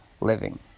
living